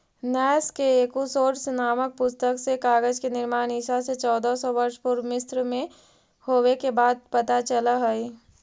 नैश के एकूसोड्स् नामक पुस्तक से कागज के निर्माण ईसा से चौदह सौ वर्ष पूर्व मिस्र में होवे के बात पता चलऽ हई